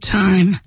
time